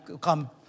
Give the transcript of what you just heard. come